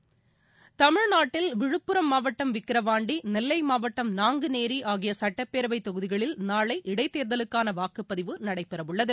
விழுப்புரம் தமிழ்நாட்டில் மாவட்டம் விக்கிரவாண்டி நெல்லைமாவட்டம் நாங்குநேரிஆகிபசட்டப்பேரவைதொகுதிகளில் நாளை இடைத்தேர்தலுக்கானவாக்குப்பதிவு நடைபெறவுள்ளது